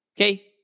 Okay